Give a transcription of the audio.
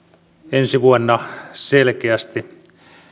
ensi vuonna selkeästi